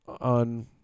on